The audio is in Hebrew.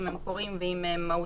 אם הם קורים ואם הם מהותיים.